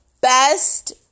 best